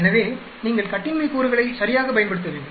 எனவே நீங்கள் கட்டின்மை கூறுகளைச் சரியாகப் பயன்படுத்த வேண்டும்